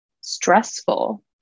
stressful